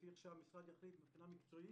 לפי איך שהמשרד יחליט מבחינה מקצועית.